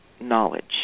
knowledge